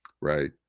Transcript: right